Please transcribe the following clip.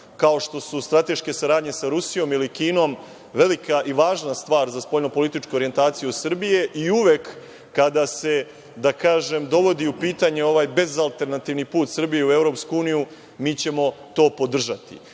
kao što su strateške saradnje sa Rusijom ili Kinom, velika i važna stvar za spoljno političku orijentaciju Srbije i uvek kada se, da kažem, dovodi u pitanje ovaj bez alternativni put Srbije u EU, mi ćemo to podržati. Dakle,